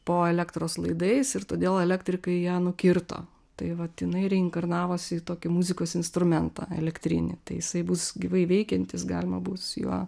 po elektros laidais ir todėl elektrikai ją nukirto tai vat jinai reinkarnavosi į tokį muzikos instrumentą elektrinį tai jisai bus gyvai veikiantis galima bus juo